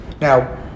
Now